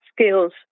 skills